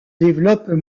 développent